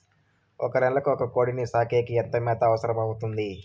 ఒక నెలకు ఒక కోడిని సాకేకి ఎంత మేత అవసరమవుతుంది?